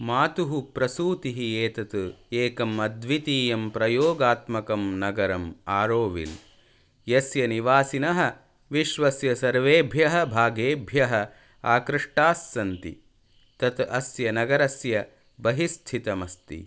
मातुः प्रसूतिः एतत् एकम् अद्वितीयं प्रयोगात्मकं नगरम् आरोविल् यस्य निवासिनः विश्वस्य सर्वेभ्यः भागेभ्यः आकृष्टाः सन्ति तत् अस्य नगरस्य बहिः स्थितम् अस्ति